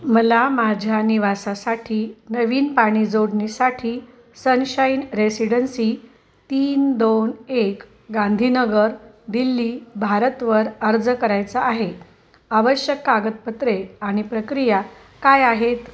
मला माझ्या निवासासाठी नवीन पाणी जोडनीसाठी सनशाईन रेसिडेन्सी तीन दोन एक गांधीनगर दिल्ली भारतवर अर्ज करायचा आहे आवश्यक कागदपत्रे आणि प्रक्रिया काय आहेत